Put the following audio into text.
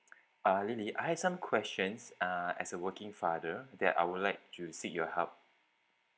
uh lily I have some questions uh as a working father that I would like to seek your help